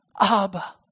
Abba